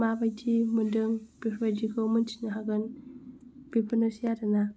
माबायदि मोन्दों बेफोरबायदिखौ मिन्थिनो हागोन बेफोरनोसै आरो ना